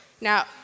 Now